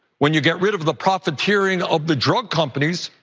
when you get rid of the profiteering of the drug companies,